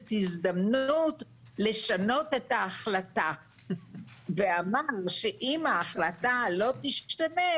הזדמנות לשנות את ההחלטה והוא אמר שאם ההחלטה הוא לא תשתנה,